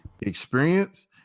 experience